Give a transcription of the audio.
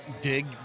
dig